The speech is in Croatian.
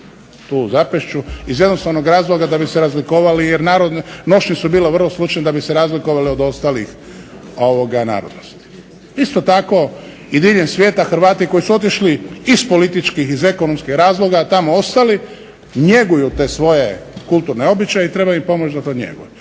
na zapešću iz jednostavnog razloga da bi se razlikovali jer narodne nošnje su bile vrlo slične da bi se razlikovale od ostalih narodnosti. Isto tako i diljem svijeta Hrvati koji su otišli iz političkih, iz ekonomskih razloga i tamo ostali, njeguju te svoje kulturne običaje i treba im pomoći da to njeguju.